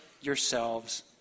yourselves